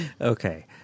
Okay